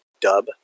dub